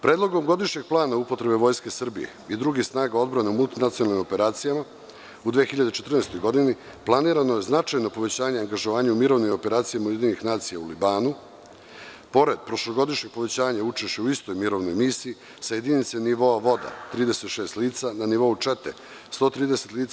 Predlogom godišnjeg plana upotrebe Vojske Srbije i drugih snaga odbrane u multinacionalnim operacijama u 2014. godini, planirano je značajno povećanje angažovanja u mirovnim operacijama UN u Libanu, pored prošlogodišnjeg povećanja učešća u istoj mirovnoj misiji sa jedinica nivoa „voda“ 36 lica na nivo čete 130 lica.